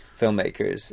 filmmakers